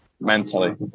mentally